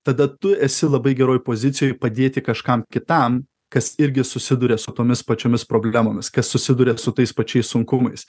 tada tu esi labai geroj pozicijoj padėti kažkam kitam kas irgi susiduria su tomis pačiomis problemomis susiduria su tais pačiais sunkumais